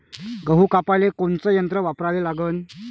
गहू कापाले कोनचं यंत्र वापराले लागन?